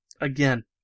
Again